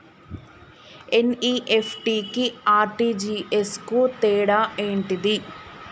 NEFT కి RTGS కు తేడా ఏంటిది?